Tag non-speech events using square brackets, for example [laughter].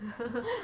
[laughs]